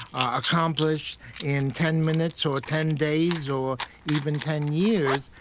accomplished in ten minutes or ten days or even ten years,